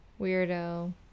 Weirdo